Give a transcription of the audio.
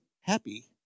happy